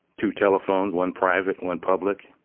two telephones, one private, one public.